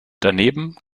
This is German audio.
daneben